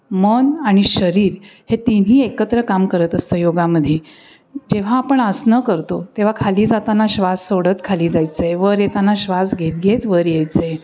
मन आणि शरीर हे तिन्ही एकत्र काम करत असतं योगामध्ये जेव्हा आपण आसनं करतो तेव्हा खाली जाताना श्वास सोडत खाली जायचं आहे वर येताना श्वास घेत घेत वर यायचं आहे